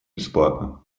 бесплатно